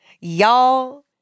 y'all